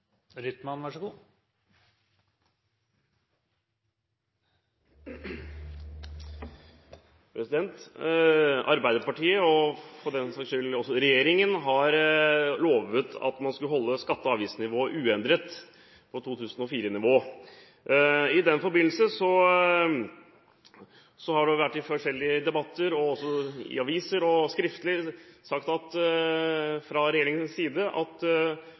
og for den saks skyld også regjeringen, har lovet at man skulle holde skatte- og avgiftsnivået uendret på 2004-nivå. I den forbindelse har det i forskjellige debatter, og også i aviser og skriftlig, vært sagt fra regjeringens side at bompenger og eiendomsskatt ikke er skatter, og at